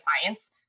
science